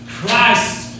Christ